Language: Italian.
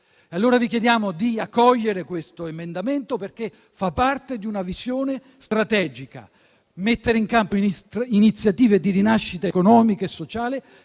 Vi chiediamo quindi di accogliere questo emendamento, perché fa parte di una visione strategica: mettere in campo iniziative di rinascita economica e sociale